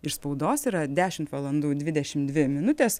iš spaudos yra dešimt valandų dvidešim dvi minutės